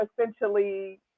essentially